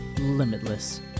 limitless